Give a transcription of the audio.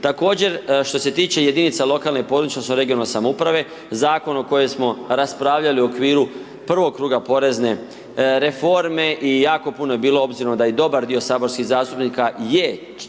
Također što se tiče jedinica lokalne i područne odnosno regionalne samouprave zakon o kojem smo raspravljali u okviru prvog kruga porezne reforme i jako puno je bilo obzirom da je dobar dio saborskih zastupnika je, jesu